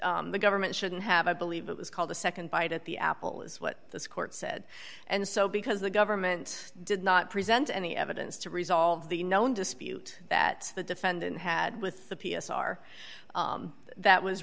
it's the government shouldn't have i believe it was called a nd bite at the apple is what this court said and so because the government did not present any evidence to resolve the known dispute that the defendant had with the p s r that was